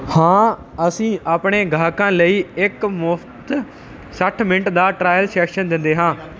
ਹਾਂ ਅਸੀਂ ਆਪਣੇ ਗਾਹਕਾਂ ਲਈ ਇੱਕ ਮੁਫ਼ਤ ਸੱਠ ਮਿੰਟ ਦਾ ਟ੍ਰਾਇਲ ਸ਼ੈਸ਼ਨ ਦਿੰਦੇ ਹਾਂ